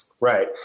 Right